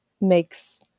makes